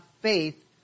faith